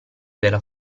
della